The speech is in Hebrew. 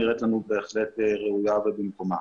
ראית לנו בהחלט ראויה ובמקומה.